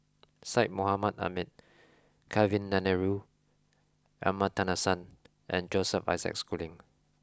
Syed Mohamed Ahmed Kavignareru Amallathasan and Joseph Isaac Schooling